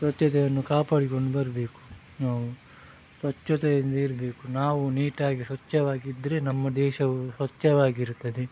ಸ್ವಚ್ಛತೆಯನ್ನು ಕಾಪಾಡಿಕೊಂಡು ಬರಬೇಕು ನಾವು ಸ್ವಚ್ಛತೆಯಿಂದ ಇರಬೇಕು ನಾವು ನೀಟಾಗಿ ಸ್ವಚ್ಛವಾಗಿದ್ದರೆ ನಮ್ಮ ದೇಶವು ಸ್ವಚ್ಛವಾಗಿರುತ್ತದೆ